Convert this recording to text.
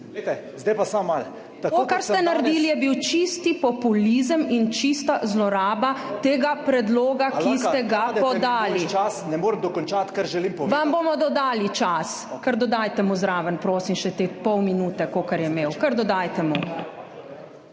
zdaj pa samo malo.